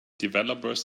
developers